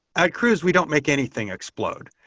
at cruise, we don't make anything explode.